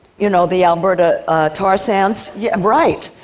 you know the alberta tar sands yeah and right.